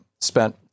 spent